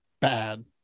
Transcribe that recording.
bad